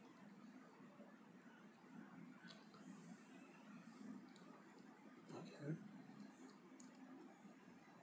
okay ah